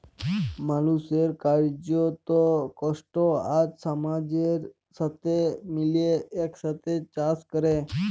মালুসের কার্যত, কষ্ট আর সমাজের সাথে মিলে একসাথে চাস ক্যরা